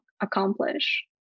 accomplish